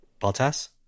Baltas